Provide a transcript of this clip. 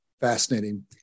Fascinating